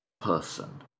person